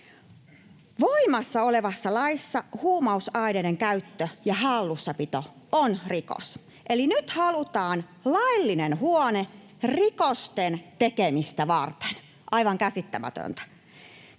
Voimassa olevassa laissa huumausaineiden käyttö ja hallussapito on rikos. Eli nyt halutaan laillinen huone rikosten tekemistä varten — aivan käsittämätöntä.